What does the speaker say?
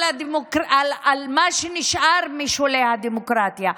אסון למה שנשאר משולי הדמוקרטיה,